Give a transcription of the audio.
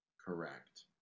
Correct